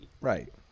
Right